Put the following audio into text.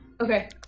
Okay